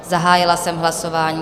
Zahájila jsem hlasování.